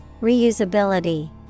Reusability